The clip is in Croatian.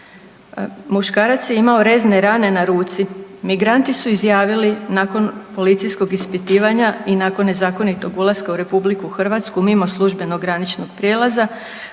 Muškarac je imao rezne rane na ruci, migranti su izjavili nakon policijskog ispitivanja i nakon nezakonitog ulaska u RH mimo službenog graničnog prijelaza